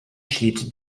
schied